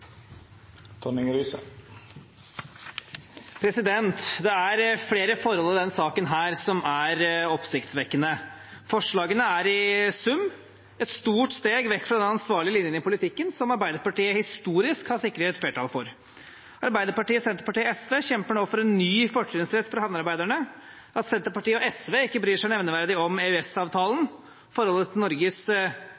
Det er flere forhold i denne saken som er oppsiktsvekkende. Forslagene er i sum et stort steg vekk fra den ansvarlige linjen i politikken som Arbeiderpartiet historisk har sikret et flertall for. Arbeiderpartiet, Senterpartiet og SV kjemper nå for en ny fortrinnsrett for havnearbeiderne. At Senterpartiet og SV ikke bryr seg nevneverdig om